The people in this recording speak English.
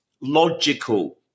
logical